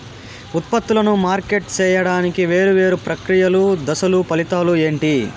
ఉత్పత్తులను మార్కెట్ సేయడానికి వేరువేరు ప్రక్రియలు దశలు ఫలితాలు ఏంటి?